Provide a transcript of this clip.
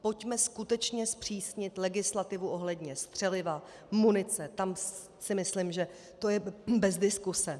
Pojďme skutečně zpřísnit legislativu ohledně střeliva, munice, tam si myslím, že to je bez diskuse.